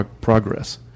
progress